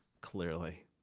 Clearly